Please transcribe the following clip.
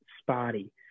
spotty